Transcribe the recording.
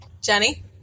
Jenny